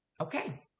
Okay